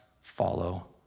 follow